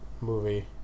movie